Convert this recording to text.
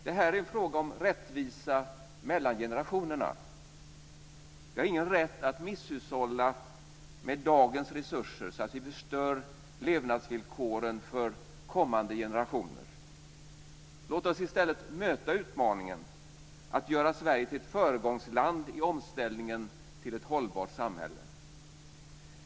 Detta är en fråga om rättvisa mellan generationerna. Vi har ingen rätt att misshushålla med dagens resurser så att vi förstör levnadsvillkoren för kommande generationer. Låt oss i stället möta utmaningen att göra Sverige till ett föregångsland i omställningen till ett hållbart samhälle!